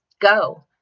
Go